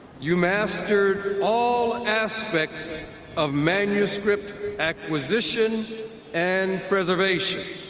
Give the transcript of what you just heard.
you mastered all aspects of manuscript acquisition and preservation.